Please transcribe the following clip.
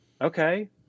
Okay